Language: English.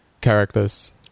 characters